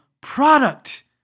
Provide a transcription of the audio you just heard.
product